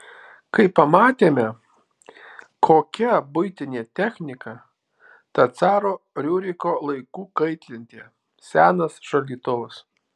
kai pamatėme kokia buitinė technika ta caro riuriko laikų kaitlentė senas šaldytuvas